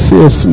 yes